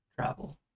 travel